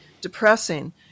depressing